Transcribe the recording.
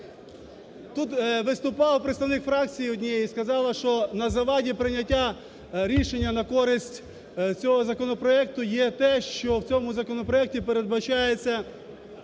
Тут виступала представник фракції однієї і сказала, що на заваді прийняття рішення на користь цього законопроекту є те, що в цьому законопроекті передбачається